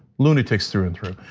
lunatics through and through.